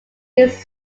his